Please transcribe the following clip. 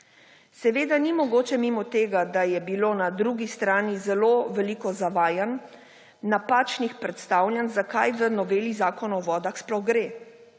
Seveda ni mogoče mimo tega, da je bilo na drugi strani zelo veliko zavajanj, napačnih predstavljanj, za kaj v noveli Zakona o vodah sploh gre.